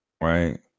right